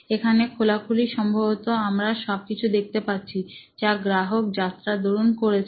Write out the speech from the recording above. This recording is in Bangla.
এখানে খোলাখুলি সম্ভবত আমরা সব কিছু দেখতে পাচ্ছি যা গ্রাহক যাত্রা দরুন করছে